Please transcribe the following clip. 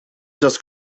just